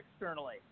externally